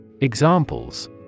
Examples